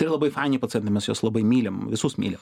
tai yra labai faini pacientai mes juos labai mylim visus mylim